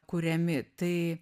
kuriami tai